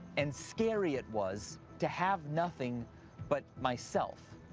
and scary it was to have nothing but myself.